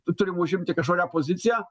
tu turim užimti kažkokią poziciją